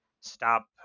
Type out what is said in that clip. stop